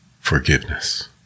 forgiveness